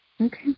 Okay